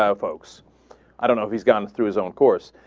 ah folks i don't know if he's gone through his own course